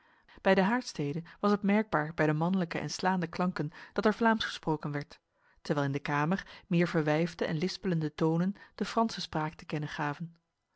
bij de haardstede was het merkbaar bij de manlijke en slaande klanken dat er vlaams gesproken werd terwijl in de kamer meer verwijfde en lispelende tonen de franse spraak te kennen gaven